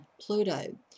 Pluto